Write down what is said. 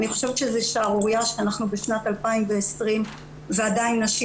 אני חושבת שזו שערורייה שאנחנו בשנת 2020 ועדיין נשים